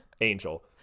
Angel